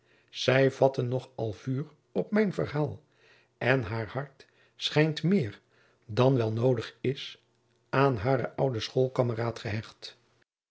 zij vatte nog al vuur op mijn verhaal en haar hart schijnt meer dan wel noodig is aan haren ouden schoolkameraad gehecht